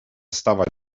stawać